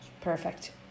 perfect